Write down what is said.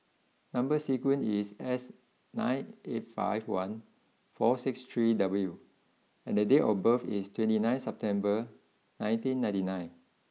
number sequence is S nine eight five one four six three W and the date of birth is twenty nine September nineteen ninety nine